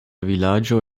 vilaĝo